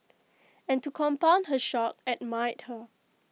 and to compound her shock admired her